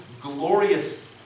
glorious